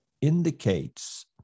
indicates